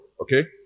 Okay